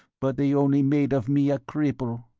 but they only made of me a cripple.